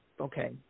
okay